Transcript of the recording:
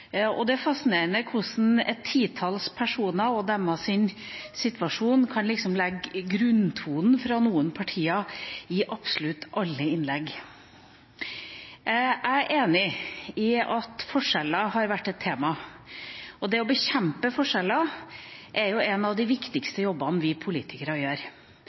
Det er fascinerende hvordan et titalls personer og deres situasjon liksom kan legge grunntonen fra noen partier inn i absolutt alle innlegg. Jeg er enig i at forskjeller har vært et tema, og det å bekjempe forskjeller er en av de viktigste jobbene vi politikere gjør.